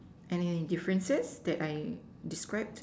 any differences that I described